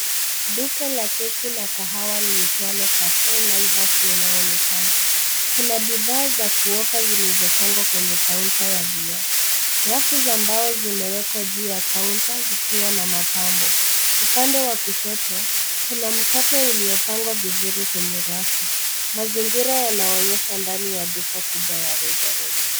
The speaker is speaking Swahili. Duka la keki na kahawa liitwalo Cafe Naivas linaonekana. Kuna bidhaa za kuoka zilizopangwa kwenye kaunta ya vioo. Rafu za mbao zimewekwa juu ya kaunta zikiwa na mapambo. Upande wa kushoto, kuna mkate uliopangwa vizuri kwenye rafu. Mazingira yanaonyesha ndani ya duka kubwa ya rejareja.